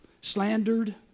slandered